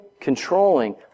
controlling